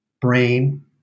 brain